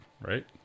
Right